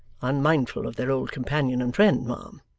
unmindful of their old companion and friend, ma'am,